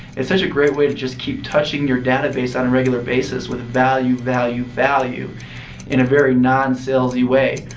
it's such a great way to just keep touching your database on a regular basis with value, value, value in a very non-salesy way.